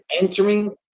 entering